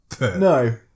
No